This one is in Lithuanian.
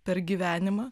per gyvenimą